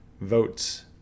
votes